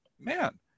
man